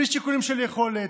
בלי שיקולים של יכולת,